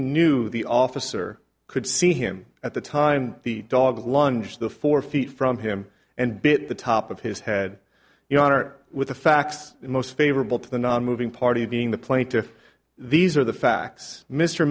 knew the officer could see him at the time the dog lunged the four feet from him and bit the top of his head you are with the facts most favorable to the nonmoving party being the plaintiff these are the facts mr